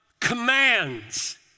commands